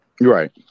Right